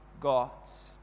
gods